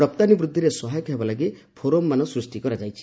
ରପ୍ତାନୀ ବୃଦ୍ଧିରେ ସହାୟକ ହେବା ଲାଗି ଫୋରମମାନ ସୃଷ୍ଟି କରାଯାଇଛି